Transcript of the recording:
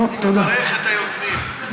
אני מברך את היוזמים.